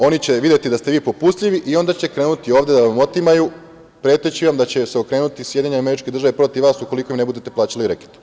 Oni će videti da ste vi popustljivi i onda će krenuti ovde da vam otimaju, preteći vam da će se okrenuti SAD protiv vas ukoliko im ne budete plaćali reket.